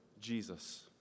Jesus